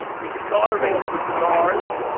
we started off with sars,